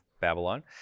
Babylon